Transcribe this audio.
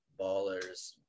ballers